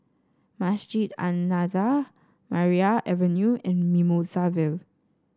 Masjid An Nahdhah Maria Avenue and Mimosa Vale